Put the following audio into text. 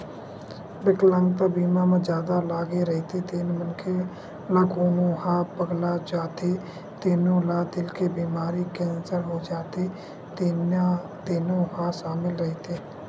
बिकलांगता बीमा म जादा लागे रहिथे तेन मनखे ला कोनो ह पगला जाथे तेनो ला दिल के बेमारी, केंसर हो जाथे तेनो ह सामिल रहिथे